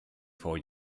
for